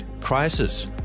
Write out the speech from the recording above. crisis